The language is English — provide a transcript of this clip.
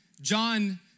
John